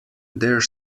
there’s